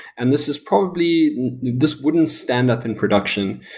and this is probably this wouldn't stand up in production,